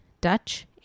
Dutch